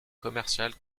commercial